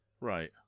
Right